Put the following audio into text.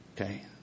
Okay